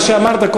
מה שאמרת,